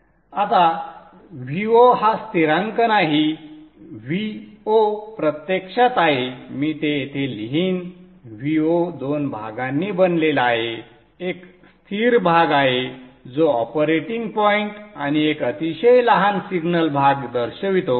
आता Vo हा स्थिरांक नाही Vo प्रत्यक्षात आहे मी ते येथे लिहीन Vo दोन भागांनी बनलेला आहे एक स्थिर भाग आहे जो ऑपरेटिंग पॉइंट आणि एक अतिशय लहान सिग्नल भाग दर्शवितो